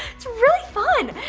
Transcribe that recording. it's really fun.